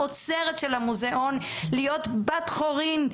לאוצרת של המוזיאון להיות בת חורין,